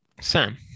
Sam